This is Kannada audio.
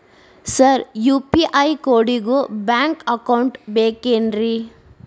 ಸರ್ ಯು.ಪಿ.ಐ ಕೋಡಿಗೂ ಬ್ಯಾಂಕ್ ಅಕೌಂಟ್ ಬೇಕೆನ್ರಿ?